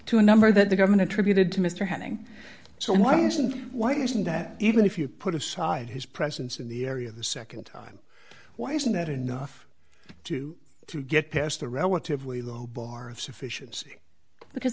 to a number that the government attributed to mr henning so why isn't why isn't that even if you put aside his presence in the area the nd time why isn't that enough to to get past the relatively low bar of sufficiency because